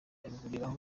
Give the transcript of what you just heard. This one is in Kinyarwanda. abihuriraho